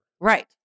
Right